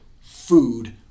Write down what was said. food